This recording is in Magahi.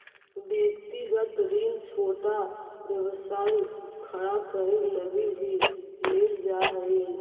व्यक्तिगत ऋण छोटा व्यवसाय खड़ा करे लगी भी लेल जा हई